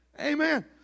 Amen